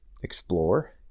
explore